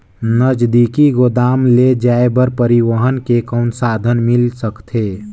नजदीकी गोदाम ले जाय बर परिवहन के कौन साधन मिल सकथे?